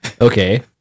Okay